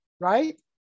right